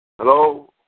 Hello